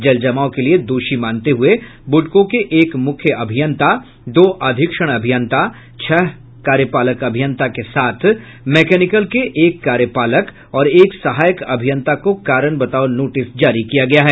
जल जमाव के लिए दोषी मानते हुए बुडको के एक मुख्य अभियंता दो अधीक्षण अभियंता छह कार्यपालक अभियंता के साथ मैकेनिकल के एक कार्यपालक और एक सहायक अभियंता को कारण बताओ नोटिस जारी किया गया है